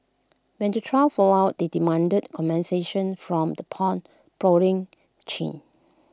when the trio found out they demanded compensation from the pawnbroking chain